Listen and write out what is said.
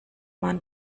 man